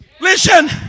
Listen